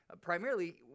primarily